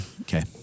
Okay